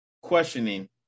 questioning